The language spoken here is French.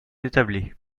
établi